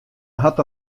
hat